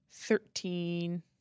Thirteen